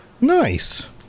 Nice